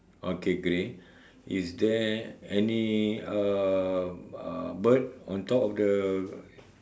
okay grey is there any um uh bird on top of the